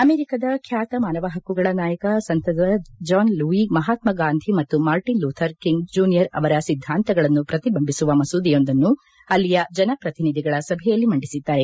ಅಮೆರಿಕದ ಖ್ಯಾತ ಮಾನವ ಪಕ್ಕುಗಳ ನಾಯಕ ಸಂಸದ ಜಾನ್ ಲೂಯಿ ಮಹಾತ್ಮಾಗಾಂಧಿ ಮತ್ತು ಮಾರ್ಟಿನ್ ಲೂಥರ್ ಕಿಂಗ್ ಜ್ಯೂನಿಯರ್ ಅವರ ಸಿದ್ಧಾಂತಗಳನ್ನು ಪ್ರತಿಬಿಂಬಿಸುವ ಮಸೂದೆಯೊಂದನ್ನು ಅಲ್ಲಿಯ ಜನಪ್ರತಿನಿಧಿಗಳ ಸಭೆಯಲ್ಲಿ ಮಂಡಿಸಿದ್ದಾರೆ